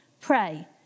pray